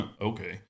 Okay